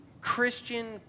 Christian